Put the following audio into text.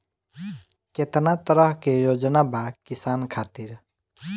केतना तरह के योजना बा किसान खातिर?